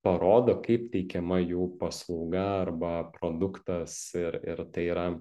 parodo kaip teikiama jų paslauga arba produktas ir ir tai yra